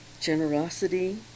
generosity